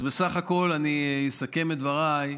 אז בסך הכול, אני אסכם את דבריי: